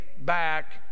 back